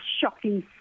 shocking